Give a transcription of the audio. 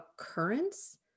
occurrence